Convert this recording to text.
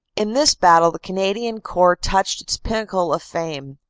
in this battle the canadian corps touched its pinnacle of fame.